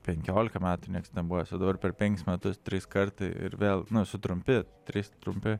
penkiolika metų nieks nebuvęs o dabar per penkis metus trys kartai ir vėl su trumpi trys trumpi